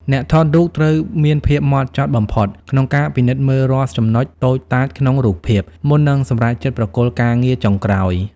អ្នកថតរូបត្រូវមានភាពហ្មត់ចត់បំផុតក្នុងការពិនិត្យមើលរាល់ចំណុចតូចតាចក្នុងរូបភាព មុននឹងសម្រេចចិត្តប្រគល់ការងារចុងក្រោយ។